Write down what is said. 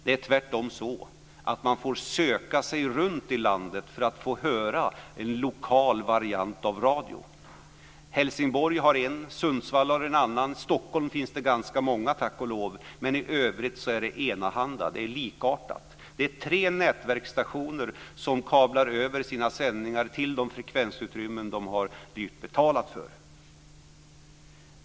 Det är tvärtom så att man får söka sig runt i landet för att få höra en lokal variant av radio. Helsingborg har en, Sundsvall har en annan och i Stockholm finns det ganska många, tack och lov. Men i övrigt är det enahanda och likartat. Det är tre nätverksstationer som kablar över sina sändningar till de frekvensutrymmen som de dyrt har betalat för.